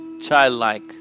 childlike